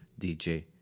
dj